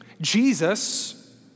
Jesus